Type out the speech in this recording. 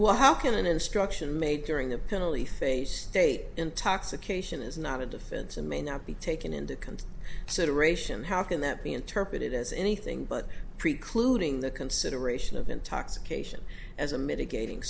well how can an instruction made during the penalty phase state intoxication is not a defense and may not be taken into account so to ration how can that be interpreted as anything but precluding the consideration of intoxication as a mitigating